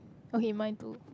okay mine too